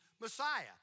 Messiah